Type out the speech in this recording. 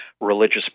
religious